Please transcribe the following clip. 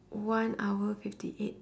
one hour fifty eight